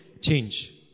change